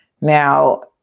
Now